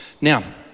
Now